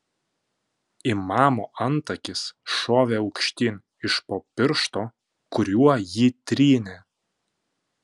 imamo antakis šovė aukštyn iš po piršto kuriuo jį trynė